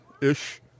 Ish